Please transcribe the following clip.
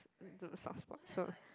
don't know soft spot so